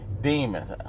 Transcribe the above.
demons